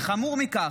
וחמור מכך,